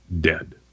dead